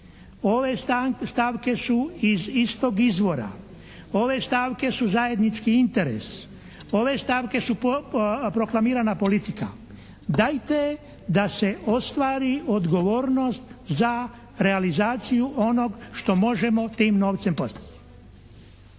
Ove stavke su iz istog izvora. Ove stavke su zajednički interes. Ove stavke su proklamirana politika. Dajte da se ostvari odgovornost za realizaciju onog što možemo tim novcem postići.